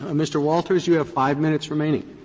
ah mr. walters, you have five minutes remaining.